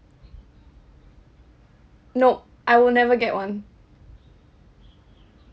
no I will never get one